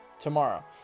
tomorrow